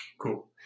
Cool